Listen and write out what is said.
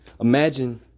Imagine